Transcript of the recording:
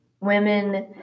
women